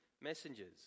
messengers